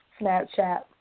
Snapchat